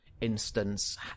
instance